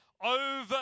over